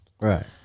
Right